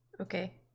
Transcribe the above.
Okay